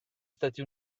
stati